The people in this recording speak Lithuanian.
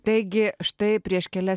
taigi štai prieš kelias